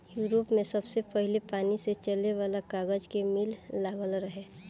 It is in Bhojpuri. यूरोप में सबसे पहिले पानी से चले वाला कागज के मिल लागल रहे